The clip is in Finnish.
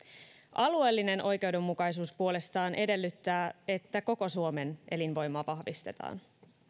alueellinen oikeudenmukaisuus puolestaan edellyttää että koko suomen elinvoimaa vahvistetaan